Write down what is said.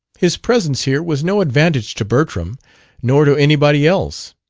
his presence here was no advantage to bertram nor to anybody else.